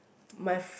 my th~